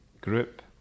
group